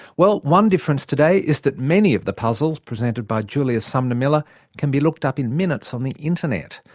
well one difference today is that many of the puzzles presented by julius sumner miller can be looked up in minutes on the internet.